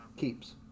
keeps